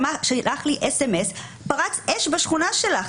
שיישלח לי אס.אמ.אס: פרצה אש בשכונה שלך,